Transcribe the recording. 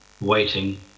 waiting